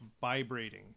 vibrating